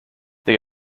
they